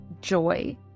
joy